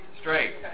straight